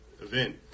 event